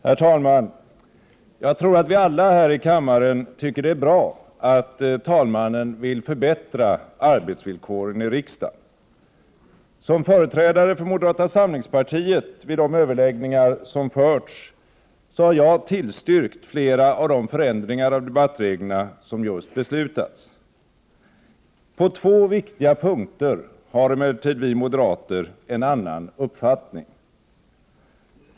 Herr talman! Jag tror att vi alla här i kammaren tycker det är bra att talmannen vill förbättra arbetsvillkoren i riksdagen. Som företrädare för moderata samlingspartiet vid de överläggningar som förts har jag tillstyrkt flera av de förändringar av debattreglerna som just beslutats. På två viktiga punkter har emellertid vi moderater en annan uppfattning.